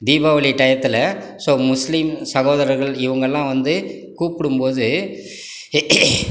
தீபாவளி டையத்தில் ஸோ முஸ்லீம் சகோதரர்கள் இவங்கள்லா வந்து கூப்பிடும் போது